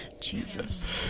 Jesus